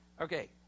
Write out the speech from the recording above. Okay